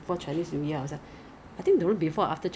usually korean korean skincare are more